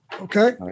Okay